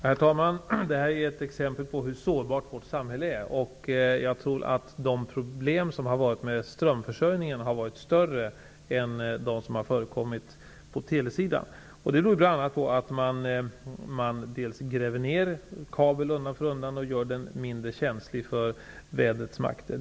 Herr talman! Det här är ett exempel på hur sårbart vårt samhälle är. Jag tror att de problem som har förekommit med strömförsörjningen har varit större än de problem som har förekommit på telesidan. Det beror bl.a. på att kabel undan för undan grävs ner och på så vis görs mindre känslig för vädrets makter.